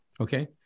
Okay